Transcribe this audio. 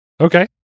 Okay